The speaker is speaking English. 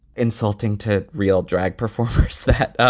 insulting to real drag performers that